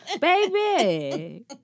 Baby